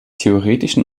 theoretischen